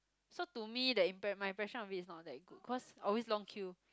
so to me that impre~ my impression of it is not that good cause always long queue